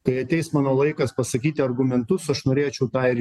kai ateis mano laikas pasakyti argumentus aš norėčiau tą ir